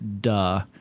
duh